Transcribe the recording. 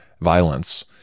violence